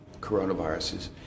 coronaviruses